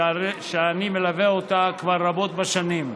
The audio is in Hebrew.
שאני מלווה אותה כבר רבות בשנים.